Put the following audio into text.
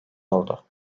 oldu